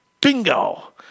bingo